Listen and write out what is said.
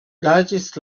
large